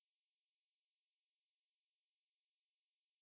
你要问你要 err serve